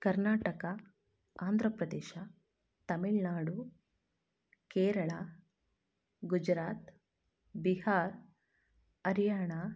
Karnataka Andhra Pradesh Tamil Nadu Kerala Gujarat Bihar Haryana